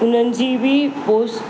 उन्हनि जी बि पोस्ट